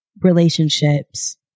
relationships